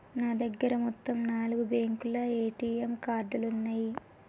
నా దగ్గర మొత్తం నాలుగు బ్యేంకుల ఏటీఎం కార్డులున్నయ్యి